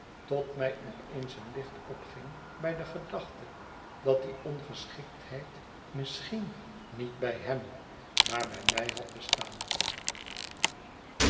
tot mij op eens een licht opging bij de gedachte dat die ongeschiktheid misschien niet bij hem maar bij my had bestaan